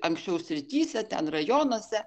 anksčiau srityse ten rajonuose